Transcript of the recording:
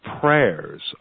prayers